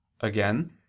Again